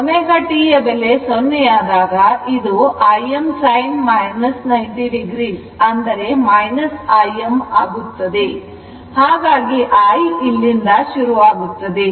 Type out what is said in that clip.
ω t ಯ ಬೆಲೆ 0 ಆದಾಗ ಇದು Im sin ಅಂದರೆ Im ಆಗುತ್ತದೆ ಹಾಗಾಗಿ I ಇಲ್ಲಿಂದ ಶುರುವಾಗುತ್ತದೆ